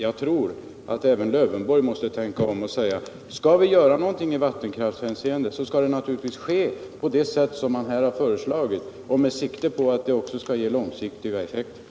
Jag tror att även Alf Lövenborg måste tänka om och säga att om vi skall göra någonting i vattenkraftshänseende skall det ske på det sätt som man här har föreslagit och med sikte på även långsiktiga effekter.